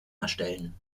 erstellen